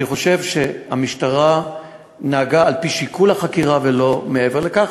אני חושב שהמשטרה נהגה על-פי שיקול החקירה ולא מעבר לכך,